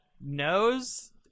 knows